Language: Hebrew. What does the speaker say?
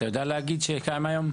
אתה יודע להגיד כמה הם?